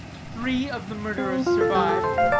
three of the murderers survived.